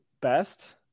best